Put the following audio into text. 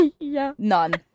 none